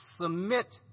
Submit